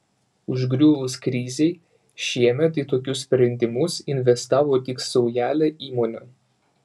užgriuvus krizei šiemet į tokius sprendimus investavo tik saujelė įmonių